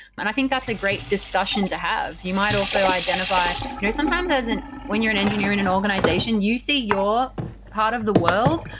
and i think that's a great discussion to have. you might also identify you know sometimes when you're an engineer in an organization, you see your part of the world,